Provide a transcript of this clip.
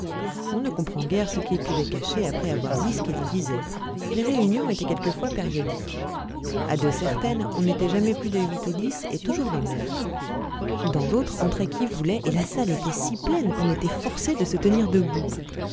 on ne comprend guère ce qu'ils pouvaient cacher après avoir dit ce qu'ils disaient les réunions étaient quelquefois périodiques à de certaines on n'était jamais plus de huit ou dix et toujours les mêmes dans d'autres entrait qui voulait et la salle était si pleine qu'on était forcé de se tenir debout